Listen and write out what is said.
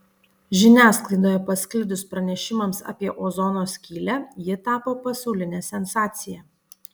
žiniasklaidoje pasklidus pranešimams apie ozono skylę ji tapo pasauline sensacija